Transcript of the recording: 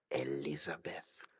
Elizabeth